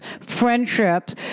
friendships